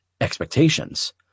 expectations